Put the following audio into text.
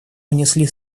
унесли